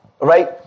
right